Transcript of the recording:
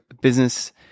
business